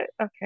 Okay